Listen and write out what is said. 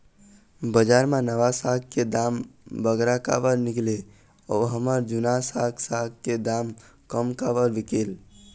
बजार मा नावा साग साग के दाम बगरा काबर बिकेल अऊ हमर जूना साग साग के दाम कम काबर बिकेल?